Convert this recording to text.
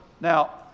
Now